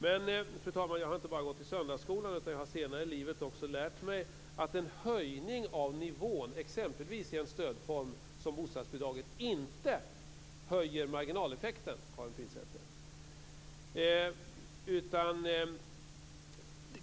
Men, fru talman, jag har inte bara gått i söndagsskolan, utan jag har senare i livet också lärt mig att en höjning av nivån exempelvis i en stödform som bostadsbidraget inte höjer marginaleffekten, Karin Pilsäter.